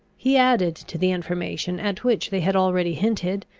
he added to the information at which they had already hinted,